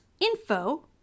info